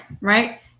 right